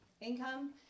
income